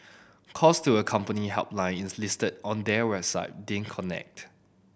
calls to a company helpline listed on their website didn't connect